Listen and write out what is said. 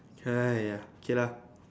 !haiya! okay lah